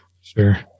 sure